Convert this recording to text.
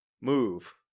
move